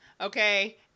okay